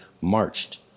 marched